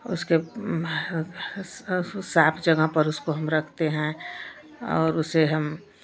उसके उसको साफ जगह पर उसको हम रखते हैं और उसे हम